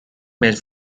maize